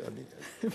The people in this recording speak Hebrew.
בדיוק.